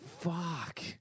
Fuck